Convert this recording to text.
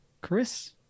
chris